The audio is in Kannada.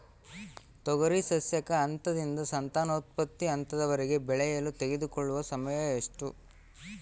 ತೊಗರಿ ಸಸ್ಯಕ ಹಂತದಿಂದ ಸಂತಾನೋತ್ಪತ್ತಿ ಹಂತದವರೆಗೆ ಬೆಳೆಯಲು ತೆಗೆದುಕೊಳ್ಳುವ ಸಮಯ ಎಷ್ಟು?